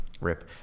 rip